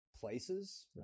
places